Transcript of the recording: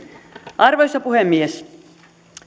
arvoisa puhemies